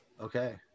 Okay